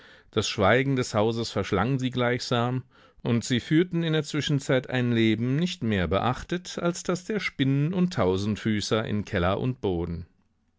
das schweigen des hauses verschlang sie gleichsam und sie führten in der zwischenzeit ein leben nicht mehr beachtet als das der spinnen und tausendfüßer in keller und boden